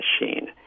machine